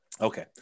Okay